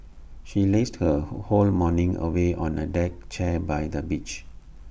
she lazed her whole morning away on A deck chair by the beach